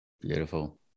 Beautiful